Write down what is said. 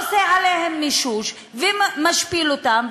עושה עליהם מישוש ומשפיל אותם,